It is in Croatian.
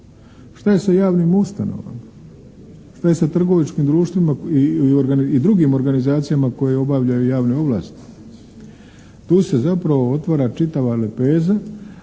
Šta je sa javnim ustanovama? Šta je sa trgovačkim društvima i drugim organizacijama koje obavljaju javne ovlasti? Tu se zapravo otvara čitava lepeza